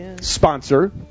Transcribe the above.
sponsor